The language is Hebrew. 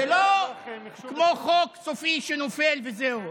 זה לא כמו חוק סופי, שנופל וזהו.